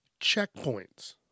checkpoints